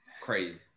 Crazy